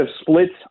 splits